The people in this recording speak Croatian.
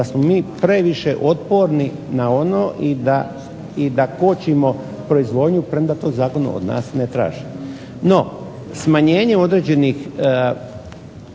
da smo mi previše otporni na ono i da kočimo proizvodnju premda to zakon od nas ne traži. No, smanjenje određenih